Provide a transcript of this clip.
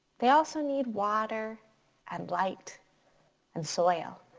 they also need water and light and soil.